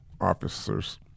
officers